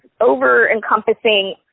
over-encompassing